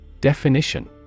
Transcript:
Definition